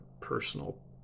personal